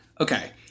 Okay